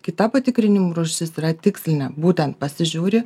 kita patikrinimų rūšis yra tikslinė būtent pasižiūri